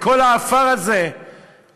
את כל העפר הזה חינם,